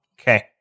Okay